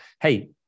hey